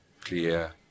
clear